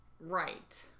right